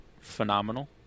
phenomenal